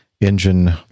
engine